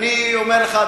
אני אומר לך,